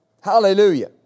Hallelujah